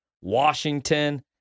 Washington